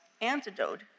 antidote